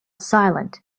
silent